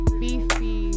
beefy